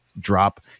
drop